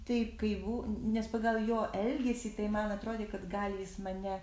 taip kaip nes pagal jo elgesį tai man atrodė kad gali jis mane